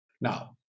Now